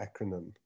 acronym